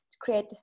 create